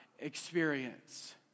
experience